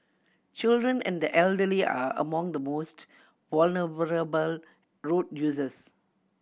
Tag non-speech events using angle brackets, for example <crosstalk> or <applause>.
children and the elderly are among the most <unintelligible> road users